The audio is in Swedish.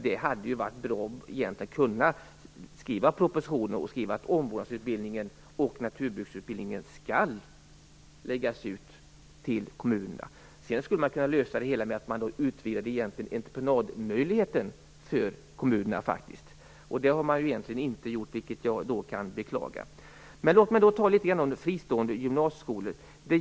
Det hade varit bra att kunna skriva en proposition om att omvårdnadsutbildningen och naturbruksutbildningen skall läggas på kommunerna. Sedan skulle man kunna lösa det hela med att utvidga entreprenadmöjligheten för kommunerna. Det har man inte gjort, något som jag beklagar. Låt mig tala litet grand om fristående gymnasieskolor.